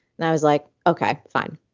and i was, like okay. fine.